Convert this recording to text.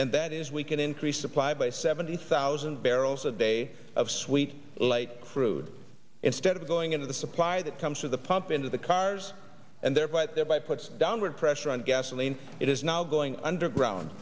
and that is we can increase supply by seventy thousand barrels a day of sweet light crude instead of going into the supply that comes to the pump into the cars and there but there by puts downward pressure on gasoline it is now going underground